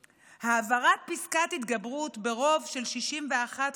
העברת פסקת התגברות ברוב של 61 חברים,